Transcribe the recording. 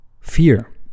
fear